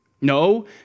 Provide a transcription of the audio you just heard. No